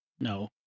no